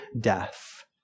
death